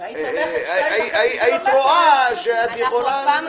היית רואה שאתה יכול.